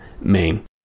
Maine